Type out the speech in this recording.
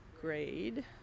grade